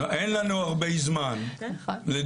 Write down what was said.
אין לנו הרבה זמן לדיונים,